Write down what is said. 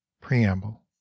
Preamble